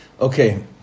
okay